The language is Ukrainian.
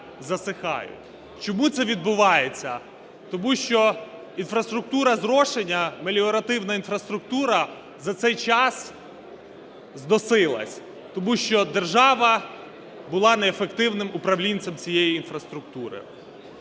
засихають. Чому це відбувається? Тому що інфраструктура зрошення, меліоративна інфраструктура за цей час зносилася, тому що держава була неефективним управлінцем цієї інфраструктури.